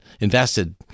invested